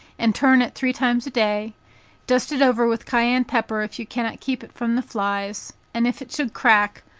and turn it three times a day dust it over with cayenne pepper if you cannot keep it from the flies, and if it should crack,